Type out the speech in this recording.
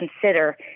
consider